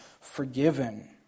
forgiven